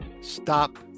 Stop